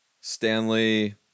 Stanley